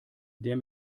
der